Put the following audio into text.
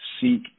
seek